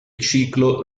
ciclo